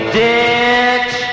ditch